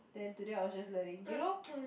then today I was just learning you know